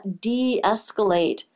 de-escalate